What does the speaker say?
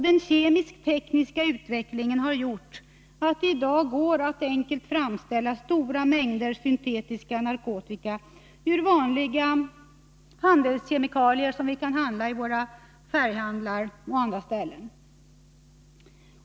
Den kemisk-tekniska utvecklingen har gjort att det i dag går att enkelt framställa stora mängder syntetiska narkotika ur vanliga handelskemikalier, som vi kan köpa i vår färghandel och på andra ställen.